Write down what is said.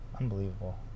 unbelievable